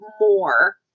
more